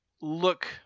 look